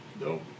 no